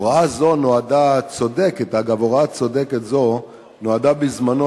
הוראה צודקת זו נועדה בזמנו,